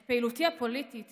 את פעילותי הפוליטית